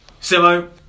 Simo